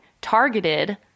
targeted